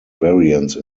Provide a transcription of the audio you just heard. variance